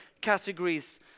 categories